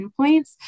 endpoints